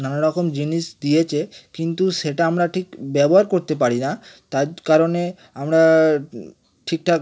নানা রকম জিনিস দিয়েছে কিন্তু সেটা আমরা ঠিক ব্যবহার করতে পারি না তার কারণে আমরা ঠিকঠাক